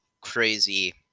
crazy